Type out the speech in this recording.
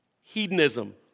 Hedonism